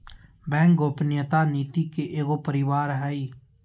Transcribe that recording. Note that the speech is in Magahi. बैंक गोपनीयता नीति के एगो परिवार हइ